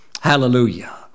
Hallelujah